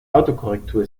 autokorrektur